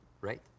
right